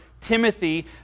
Timothy